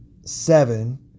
seven